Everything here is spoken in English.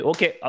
Okay